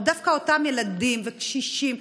דווקא אותם ילדים וקשישים,